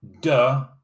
duh